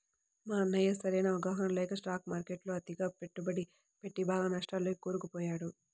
మా అన్నయ్య సరైన అవగాహన లేక స్టాక్ మార్కెట్టులో అతిగా పెట్టుబడి పెట్టి బాగా నష్టాల్లోకి కూరుకుపోయాడు